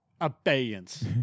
Abeyance